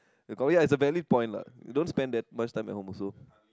you ya it's a valid point lah you don't spend that much time at home also